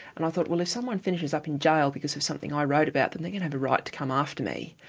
and i thought, well if someone finishes up in jail because of something i wrote about them, they're going to have the right to come after me.